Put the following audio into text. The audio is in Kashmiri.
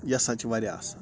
یہِ ہسا چھِ واریاہ اَصٕل